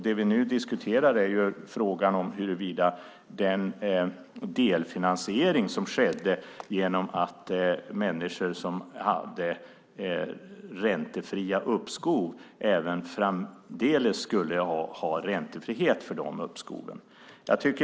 Det vi nu diskuterar är frågan om huruvida människor som haft räntefria uppskov även framdeles ska ha räntefria uppskov.